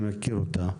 אני מכיר אותה,